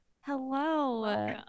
hello